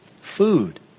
Food